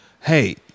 hey